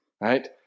right